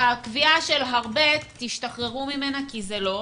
הקביעה של "הרבה" תשתחררו ממנה כי זה לא.